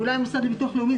המוסד לביטוח לאומי,